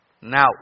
Now